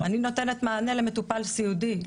אני נותנת מענה למטופל סיעודי,